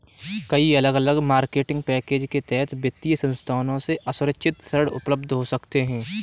कई अलग अलग मार्केटिंग पैकेज के तहत वित्तीय संस्थानों से असुरक्षित ऋण उपलब्ध हो सकते हैं